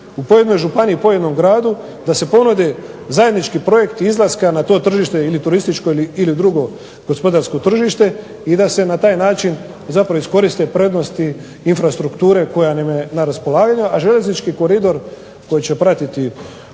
u pojedinoj županiji, u pojedinom gradu da se ponudi zajednički projekt izlaska na to tržište ili turističko ili drugo gospodarsko tržište i da se na taj način zapravo iskoriste prednosti infrastrukture koja nam je na raspolaganju, a željeznički koridor koji će pratiti